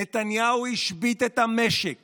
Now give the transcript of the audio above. נתניהו השבית את המשק